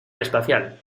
espacial